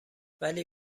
ولی